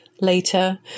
later